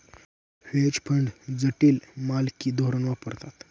veg fund जटिल मालकी धोरण वापरतात